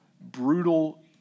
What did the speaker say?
brutal